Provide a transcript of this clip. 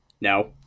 No